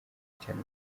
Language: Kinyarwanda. cyane